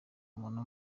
umuntu